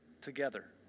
together